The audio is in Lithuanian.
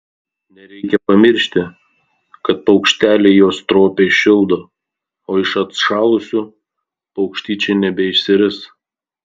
nereikia pamiršti kad paukšteliai juos stropiai šildo o iš atšalusių paukštyčiai nebeišsiris